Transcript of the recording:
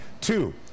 two